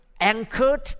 anchored